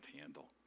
handle